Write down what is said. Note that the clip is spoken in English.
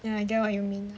ya I get what you mean